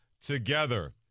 together